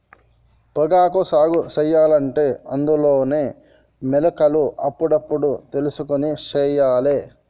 పొగాకు సాగు సెయ్యలంటే అందులోనే మొలకలు అప్పుడప్పుడు తెలుసుకొని సెయ్యాలే